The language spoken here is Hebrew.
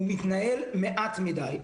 הוא מתנהל מעט מדי.